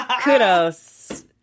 Kudos